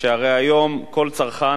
כבוד היושב-ראש,